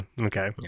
okay